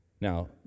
Now